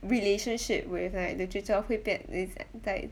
relationship with like literature 会变 lis~ li~